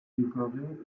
décorée